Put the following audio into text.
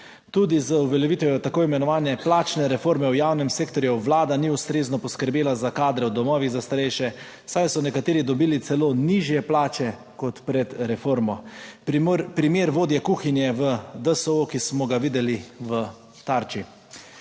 Tudi z uveljavitvijo tako imenovane plačne reforme v javnem sektorju Vlada ni ustrezno poskrbela za kadre v domovih za starejše, saj so nekateri dobili celo nižje plače kot pred reformo - primer vodje kuhinje v DSO, ki smo ga videli v Tarči.